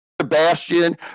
Sebastian